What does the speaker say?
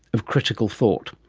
of critical thought,